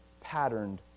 patterned